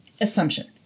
assumption